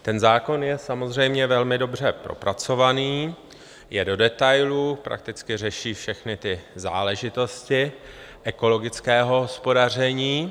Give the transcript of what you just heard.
Ten zákon je samozřejmě velmi dobře propracovaný, je do detailů, prakticky řeší všechny záležitosti ekologického hospodaření.